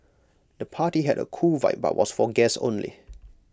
the party had A cool vibe but was for guests only